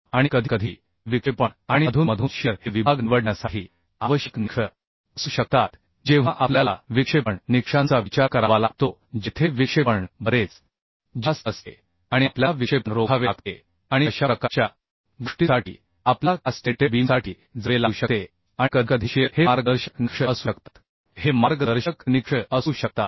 आणि कधीकधी विक्षेपण आणि अधूनमधून शिअर हे विभाग निवडण्यासाठी आवश्यक निकष असू शकतात जेव्हा आपल्याला विक्षेपण निकषांचा विचार करावा लागतो जेथे विक्षेपण बरेच जास्त असते आणि आपल्याला विक्षेपण रोखावे लागते आणि अशा प्रकारच्या गोष्टींसाठी आपल्याला कास्टेलेटेड बीमसाठी जावे लागू शकते आणि कधीकधी शिअर हे मार्गदर्शक निकष असू शकतात